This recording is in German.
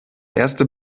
erste